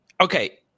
Okay